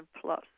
Plus